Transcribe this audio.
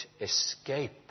escape